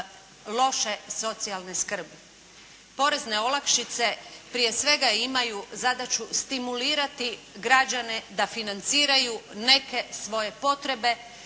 loše socijalne skrbi. Porezne olakšice prije svega imaju zadaću stimulirati građane da financiraju neke svoje potrebe